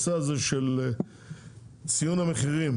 הנושא הזה של ציון מחירים